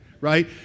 right